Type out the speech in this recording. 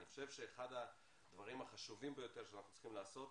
אני חושב שאחד הדברים החשובים ביותר שאנחנו צריכים לעשות,